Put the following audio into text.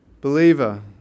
Believer